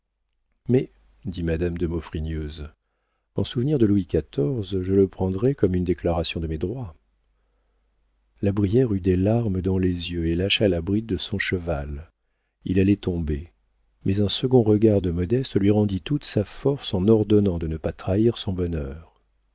dit madame de maufrigneuse en souvenir de louis xiv je le prendrais comme une déclaration de mes droits la brière eut des larmes dans les yeux et lâcha la bride de son cheval il allait tomber mais un second regard de modeste lui rendit toute sa force en ordonnant de ne pas trahir son bonheur